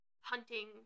hunting